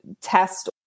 test